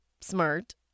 smart